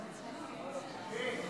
39,